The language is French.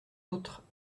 autre